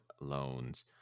loans